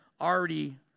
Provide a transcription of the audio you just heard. already